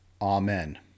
Amen